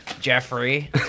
Jeffrey